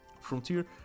frontier